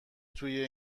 توی